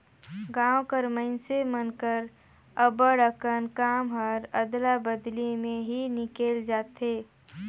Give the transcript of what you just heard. गाँव कर मइनसे मन कर अब्बड़ अकन काम हर अदला बदली में ही निकेल जाथे